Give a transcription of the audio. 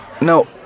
No